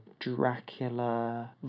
Dracula